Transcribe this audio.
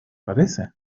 parece